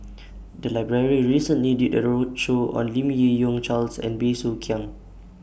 The Library recently did A roadshow on Lim Yi Yong Charles and Bey Soo Khiang